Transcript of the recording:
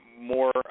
More